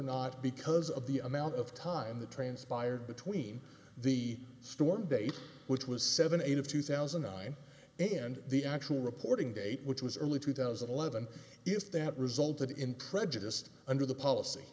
not because of the amount of time that transpired between the storm date which was seven eight of two thousand and nine and the actual reporting date which was early two thousand and eleven if that resulted in prejudiced under the policy